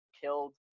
killed